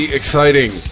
exciting